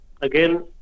again